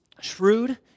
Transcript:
shrewd